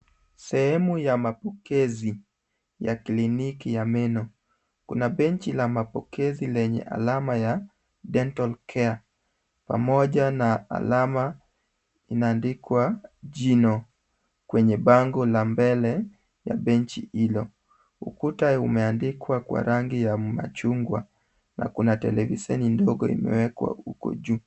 Sehemu ya mapokezi ya kliniki ya meno, kuna benchi la mapokezi lenye alama ya Dental Care pamoja na alama inaandikwa jino kwenye bango la mbele ya benchi hilo. Ukuta umeandikwa kwa rangi ya machungwa na kuna televisheni ndogo imewekwa huko juu.